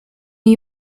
new